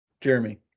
Jeremy